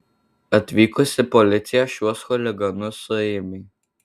atvykusi policija šiuos chuliganus suėmė